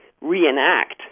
reenact